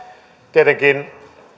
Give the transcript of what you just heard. tietenkin